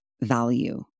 value